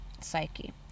psyche